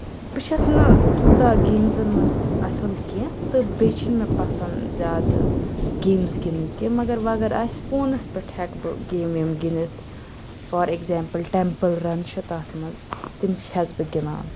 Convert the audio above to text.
بہٕ چھیٚس نہٕ تیٛوٗتاہ گیمزَن منٛز اصٕل کیٚنٛہہ تہٕ بیٚیہِ چھِنہٕ مےٚ پَسَنٛد زیادٕ گیمٕز گِنٛدٕنۍ کیٚنٛہہ مگر وۄنۍ اگر آسہِ فونَس پٮ۪ٹھ ہیٚکہٕ بہٕ گیم ویم گِنٛدِتھ فار ایٚگزامپٕل ٹیٚمپٕل رَن چھِ تَتھ منٛز تِم چھیٚس بہٕ گِنٛدان